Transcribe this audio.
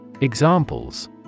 Examples